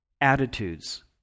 attitudes